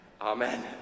Amen